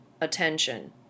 attention